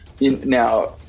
Now